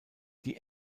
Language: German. die